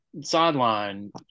sideline